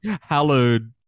hallowed